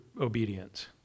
obedience